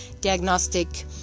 diagnostic